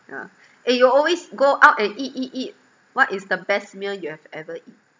ah eh you always go out and eat eat eat what is the best meal you've ever eat